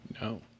No